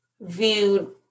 viewed